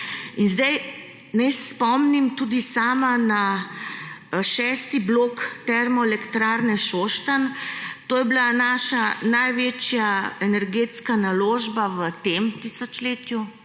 Naj spomnim tudi sama na šesti blok Termoelektrarne Šoštanj. To je bila naša največja energetska naložba v tem tisočletju,